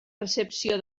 recepció